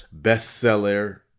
bestseller